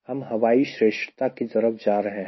हम हवाई श्रेष्ठता की तरफ जा रहे हैं